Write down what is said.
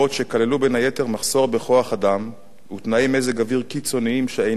מחסור בכוח-אדם ותנאי מזג אוויר קיצוניים שאינם אופייניים לעונה,